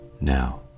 Now